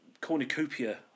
cornucopia